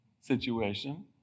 situation